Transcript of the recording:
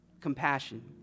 compassion